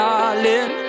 Darling